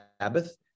Sabbath